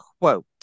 quote